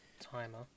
timer